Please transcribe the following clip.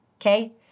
okay